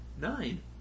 Nine